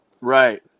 Right